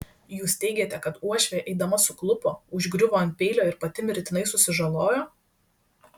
jūs teigiate kad uošvė eidama suklupo užgriuvo ant peilio ir pati mirtinai susižalojo